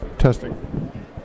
Testing